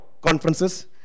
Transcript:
conferences